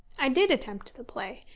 i did attempt the play,